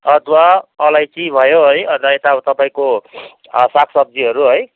अदुवा अलैँची भयो है अन्त यता तपाईँको सागसब्जीहरू है